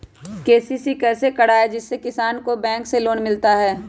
KCC कैसे कराये जिसमे किसान को बैंक से लोन मिलता है?